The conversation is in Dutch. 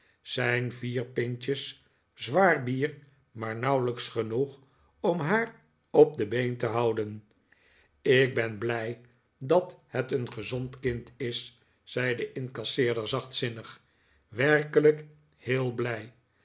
zijn vier pintjes zwaar bier maar nauwelijks genoeg om haar op de been te houden ik ben blij dat het een gezond kind is zei de incasseerder zachtzinnig werkelijk heel blij